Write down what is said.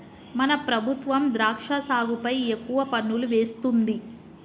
మన ప్రభుత్వం ద్రాక్ష సాగుపై ఎక్కువ పన్నులు వేస్తుంది